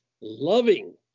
loving